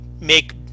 make